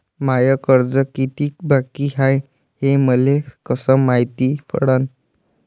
माय कर्ज कितीक बाकी हाय, हे मले कस मायती पडन?